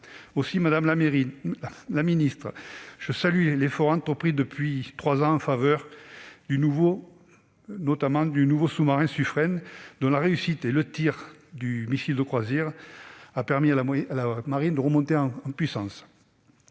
Aussi, madame la ministre, je salue les efforts entrepris depuis trois ans en sa faveur. Le nouveau sous-marin Suffren et la réussite de son tir de missile de croisière illustrent la remontée en puissance